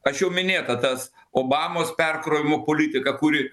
aš jau minėjau apie tas obamos perkrovimo politiką kuri